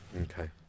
okay